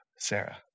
Sarah